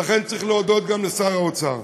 ולכן צריך להודות גם לשר האוצר,